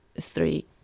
three